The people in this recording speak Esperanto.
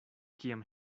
kiam